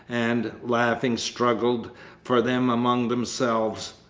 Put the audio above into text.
and, laughing, struggled for them among themselves.